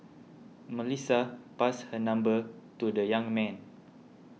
Melissa passed her number to the young man